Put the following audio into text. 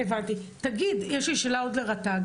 שאלה לרט"ג